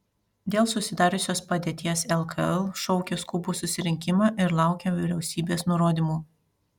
dėl susidariusios padėties lkl šaukia skubų susirinkimą ir laukia vyriausybės nurodymų